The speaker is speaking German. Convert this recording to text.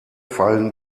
fallen